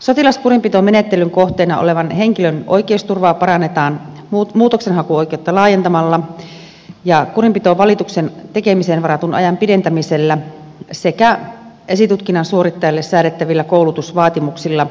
sotilaskurinpitomenettelyn kohteena olevan henkilön oikeusturvaa parannetaan muutoksenhakuoikeutta laajentamalla ja kurinpitovalituksen tekemiseen varatun ajan pidentämisellä sekä esitutkinnan suorittajalle säädettävillä koulutusvaatimuksilla